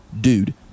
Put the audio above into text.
dude